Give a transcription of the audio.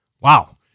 Wow